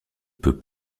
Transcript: peut